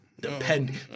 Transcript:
Depending